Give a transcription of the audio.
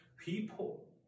people